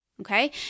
Okay